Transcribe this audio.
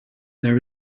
there